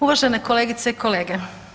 Uvažene kolegice i kolege.